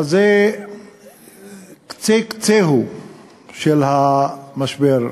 אבל זה קצה קצהו של המשבר.